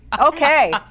okay